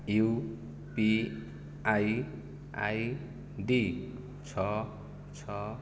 you P I I D ଛଅ ଛଅ